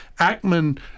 Ackman